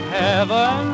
heaven